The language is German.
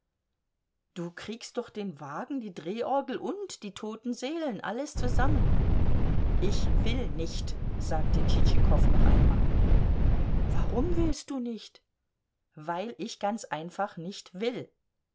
du kriegst doch den wagen die drehorgel und die toten seelen alles zusammen ich will nicht sagte tschitschikow noch einmal warum willst du nicht weil ich ganz einfach nicht will